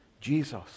Jesus